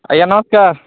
ଆଜ୍ଞା ନମସ୍କାର୍